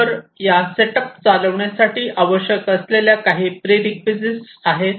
तर या सेटअप चालविण्यासाठी आवश्यक असलेल्या या काही प्रीरीकयूईसाइट्स आहेत